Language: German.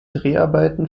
dreharbeiten